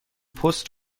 پست